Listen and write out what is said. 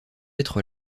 être